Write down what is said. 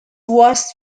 was